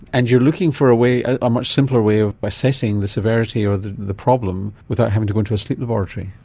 and you're looking for a ah much simpler way of assessing the severity or the the problem without having to go into a sleep laboratory.